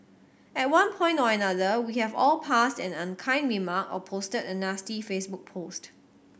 at one point or another we have all passed an unkind remark or posted a nasty Facebook post